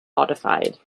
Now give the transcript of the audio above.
modified